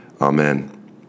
Amen